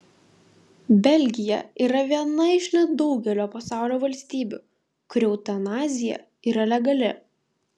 belgija yra viena iš nedaugelio pasaulio valstybių kur eutanazija yra legali